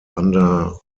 under